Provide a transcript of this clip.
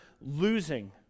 losing